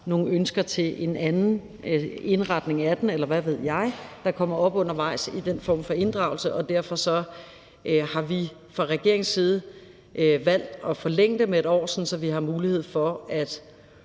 nogle ønsker til en anden indretning af den, eller hvad ved jeg, der kommer op undervejs i den form for inddragelse, og derfor har vi fra regeringens side valgt at forlænge det med 1 år, sådan at vi har mulighed for at